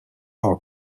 are